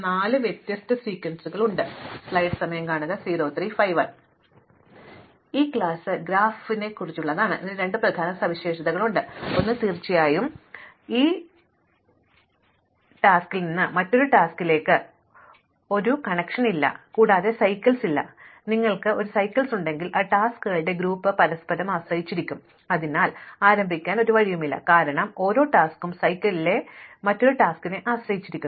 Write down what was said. നോക്കൂ നിങ്ങൾക്ക് ഒരു സൈക്കിൾ ഉണ്ടെങ്കിൽ അത് ടാസ്ക്കുകളുടെ ഗ്രൂപ്പ് പരസ്പരം ആശ്രയിച്ചിരിക്കും അതിനാൽ ആരംഭിക്കാൻ ഒരു വഴിയുമില്ല കാരണം ഓരോ ജോലിയും സൈക്കിളിലെ മറ്റെന്തിനെ ആശ്രയിച്ചിരിക്കുന്നു